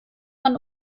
man